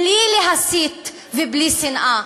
בלי להסית ובלי שנאה.